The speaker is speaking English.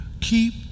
keep